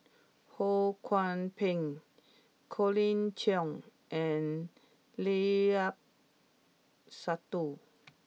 Ho Kwon Ping Colin Cheong and Limat Sabtu